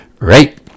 Right